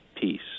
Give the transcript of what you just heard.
Peace